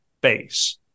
base